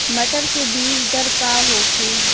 मटर के बीज दर का होखे?